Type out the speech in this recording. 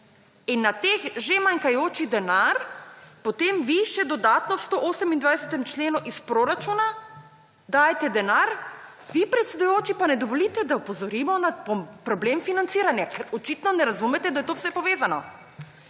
In na teh že manjkajoči denar potem vi še dodatno v 128. členu iz proračuna dajete denar, vi predsedujoči pa ne dovolite, da opozorimo problem financiranja, ker očitno ne razumete, da je to vse povezano.